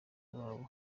babo